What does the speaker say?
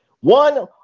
One